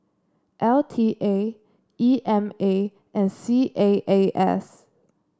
L T A E M A and C A A S